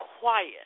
quiet